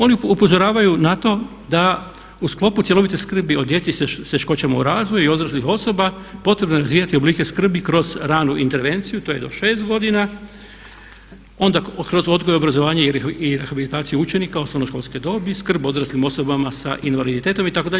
Oni upozoravaju na to da u sklopu cjelovite skrbi o djeci s teškoćama u razvoju i odraslih osoba potrebno je razvijati oblike skrbi kroz ranu intervenciju to je do 6 godina, onda kroz odgoj i obrazovanje i rehabilitaciju učenika osnovnoškolske dobe, skrb o odraslim osobama sa invaliditetom itd.